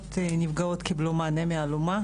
900 נפגעות קיבלו מענה מאלומה,